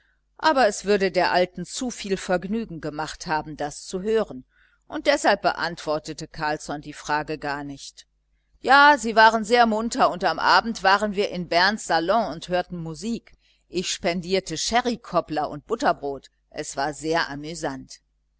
aber es würde der alten zu viel vergnügen gemacht haben das zu hören und deshalb beantwortete carlsson die frage gar nicht ja sie waren sehr munter und am abend waren wir in berns salon und hörten musik ich spendierte sherry kobbler und butterbrot es war sehr amüsant